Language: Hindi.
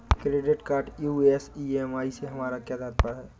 क्रेडिट कार्ड यू.एस ई.एम.आई से हमारा क्या तात्पर्य है?